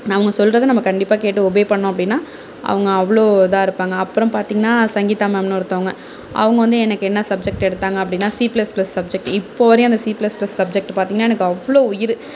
அவங்க சொல்றதை நம்ம கண்டிப்பாக கேட்டு ஒபே பண்ணிணோம் அப்படின்னா அவங்க அவ்வளோ இதாக இருப்பாங்க அப்றம் பாத்திங்கன்னா சங்கீதா மேம்னு ஒருத்தவங்க அவங்க வந்து எனக்கு என்ன சப்ஜெக்ட் எடுத்தாங்க அப்படின்னா சி பிளஸ் பிளஸ் சப்ஜெக்ட் இப்போ வரையும் அந்த சி பிளஸ் பிளஸ் சப்ஜெக்ட் பார்த்திங்ன்னா எனக்கு அவ்வளோ உயிர்